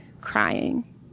crying